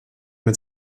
mit